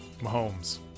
Mahomes